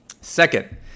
Second